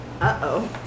Uh-oh